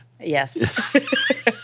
Yes